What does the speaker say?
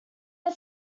had